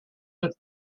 but